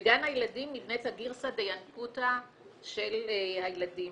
בגן הילדים נבנית הגרסא דינקותא של הילדים.